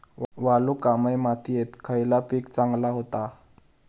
वालुकामय मातयेत खयला पीक चांगला होता?